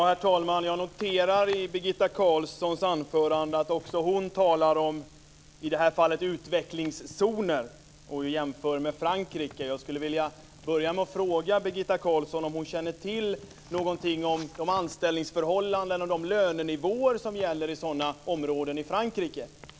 Herr talman! Jag noterar i Birgitta Carlssons anförande att också hon talar om utvecklingszoner och jämför med Frankrike. Jag skulle vilja börja med att fråga Birgitta Carlsson om hon känner till någonting om de anställningsförhållanden och de lönenivåer som gäller i sådana områden i Frankrike.